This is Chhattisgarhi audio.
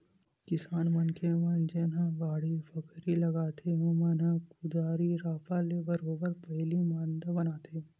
किसान मनखे मन जेनहा बाड़ी बखरी लगाथे ओमन ह कुदारी रापा ले बरोबर पहिली मांदा बनाथे